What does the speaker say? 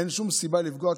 אין שום סיבה לפגוע,